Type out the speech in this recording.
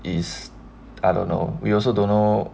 is I don't know we also don't know